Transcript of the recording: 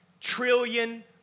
trillion